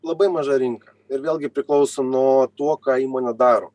labai maža rinka ir vėlgi priklauso nuo tuo ką įmonė daro